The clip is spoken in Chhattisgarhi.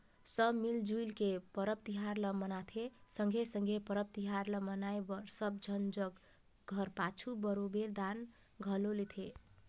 सब मिल जुइल के परब तिहार ल मनाथें संघे संघे परब तिहार ल मनाए बर सब झन जग घर पाछू बरोबेर दान घलो लेथें